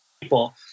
people